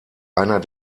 einer